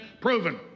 proven